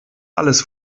alles